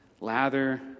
Lather